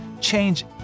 Change